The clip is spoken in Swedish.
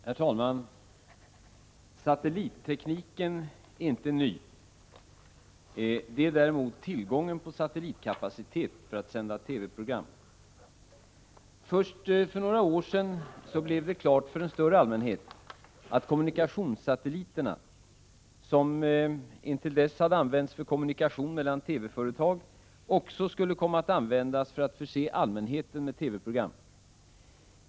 Herr talman! Satellittekniken är inte ny. Det är däremot tillgången på satellitkapacitet för att sända TV-program. Först för några år sedan blev det klart för en större allmänhet att kommunikationssatelliterna, som intill dess hade använts för kommunikation mellan TV-företag, också skulle komma att användas för att förse allmänheten med TV-program.